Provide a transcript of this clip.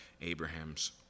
Abraham's